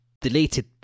deleted